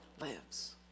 lives